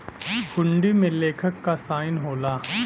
हुंडी में लेखक क साइन होला